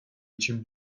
için